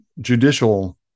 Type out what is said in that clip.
judicial